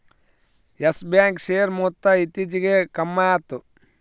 Yes Bank share ಮೊತ್ತ ಇತ್ತೀಚಿಗೆ ಕಮ್ಮ್ಯಾತು